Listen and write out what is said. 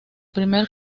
primer